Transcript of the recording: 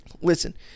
Listen